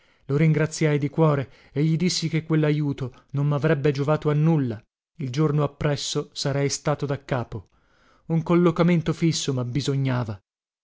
lo ringraziai di cuore e gli dissi che quellaiuto non mavrebbe giovato a nulla il giorno appresso sarei stato da capo un collocamento fisso mabbisognava